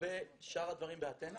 לגבי שאר הדברים באתנה,